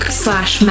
slash